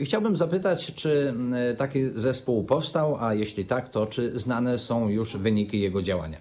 Chciałbym zapytać: Czy taki zespół powstał, a jeśli tak, to czy znane są już wyniki jego działania?